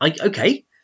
Okay